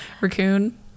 raccoon